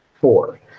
Four